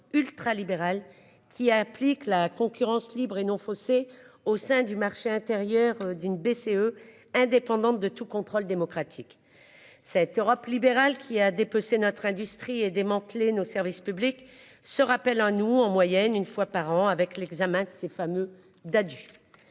ultralibérale qui applique la concurrence libre et non faussée au sein du marché intérieur, d'une BCE indépendante de tout contrôle démocratique. Cette Europe libérale, qui a dépecé notre industrie et démanteler nos services publics, se rappelle à nous en moyenne une fois par an, avec l'examen de ces fameux d'adultes.